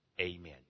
amen